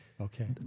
Okay